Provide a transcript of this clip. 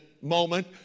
moment